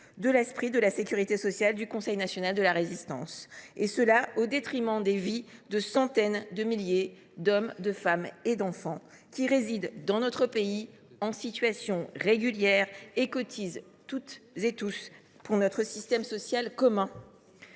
la création de la sécurité sociale, et ce au détriment des vies de centaines de milliers d’hommes, de femmes et d’enfants qui résident dans notre pays en situation régulière et cotisent toutes et tous pour notre système social commun.